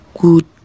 good